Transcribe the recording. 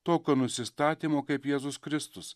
tokio nusistatymo kaip jėzus kristus